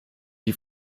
die